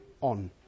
on